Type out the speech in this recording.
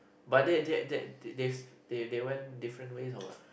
but that that that th~ they went different ways or what